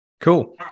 Cool